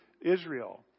Israel